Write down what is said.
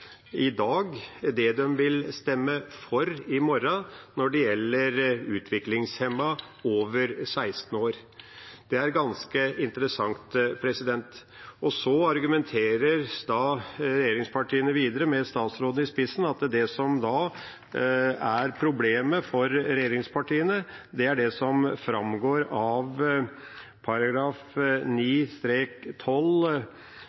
i dag stemme imot det de vil stemme for i morgen. Det er ganske interessant. Så argumenterer regjeringspartiene videre, med statsråd i spissen, for at det som er problemet for regjeringspartiene, er det som framgår av